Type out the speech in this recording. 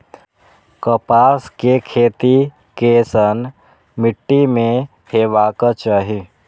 कपास के खेती केसन मीट्टी में हेबाक चाही?